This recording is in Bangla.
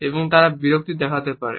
এবং তারা বিরক্তি দেখাতে পারে